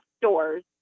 stores